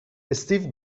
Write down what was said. استیو